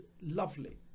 lovely